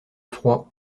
froid